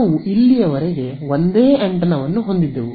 ನಾವು ಇಲ್ಲಿಯವರೆಗೆ ಒಂದೇ ಆಂಟೆನಾವನ್ನು ಹೊಂದಿದ್ದೆವು